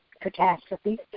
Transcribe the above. Catastrophe